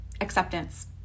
Acceptance